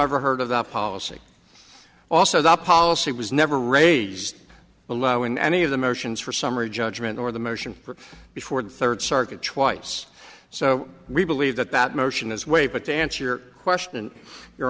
ever heard of the policy also the policy was never raised allowing any of the motions for summary judgment or the motion before the third circuit twice so we believe that that motion is way but to answer your question your